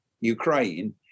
Ukraine